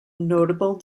notable